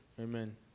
Amen